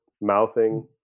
mouthing